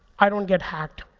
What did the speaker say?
i don't get hacked.